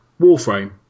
Warframe